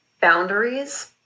boundaries